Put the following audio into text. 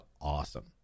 awesome